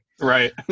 Right